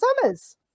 Summers